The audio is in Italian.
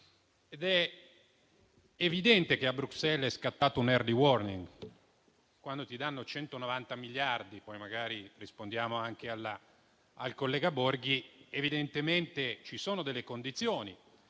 È evidente che a Bruxelles è scattato un *early warning*: quando ti danno 190 miliardi - magari rispondiamo anche al collega Borghi - evidentemente ci sono delle condizioni